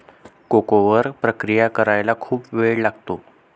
cocoa वर प्रक्रिया करायला खूप वेळ लागतो